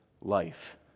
life